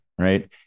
right